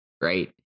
right